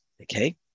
Okay